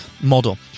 model